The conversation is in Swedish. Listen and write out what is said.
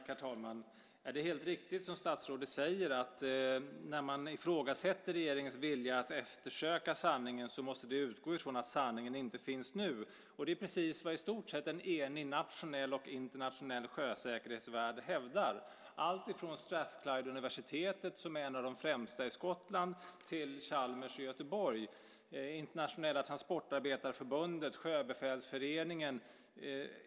Herr talman! Det är helt riktigt som statsrådet säger att när man ifrågasätter regeringens vilja att eftersöka sanningen måste det utgå från att sanningen inte finns nu. Det är precis vad i stort sett en enig nationell och internationell sjösäkerhetsvärld hävdar, alltifrån Strathclydeuniversitetet, som är ett av de främsta i Skottland, till Chalmers i Göteborg, Internationella transportarbetarförbundet, Sjöbefälsföreningen.